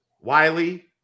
wiley